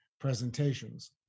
presentations